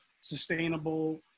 sustainable